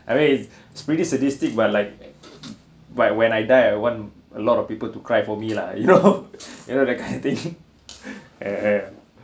I mean it's pretty sadistic but like but when I die I want a lot of people to cry for me lah you know you know that kind of thing